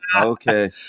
Okay